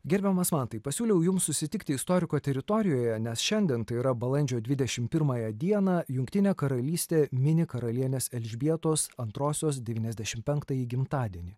gerbiamas mantai pasiūliau jums susitikti istoriko teritorijoje nes šiandien tai yra balandžio dvidešimt pirmąją dieną jungtinė karalystė mini karalienės elžbietos antrosios devynasdešimt penktąjį gimtadienį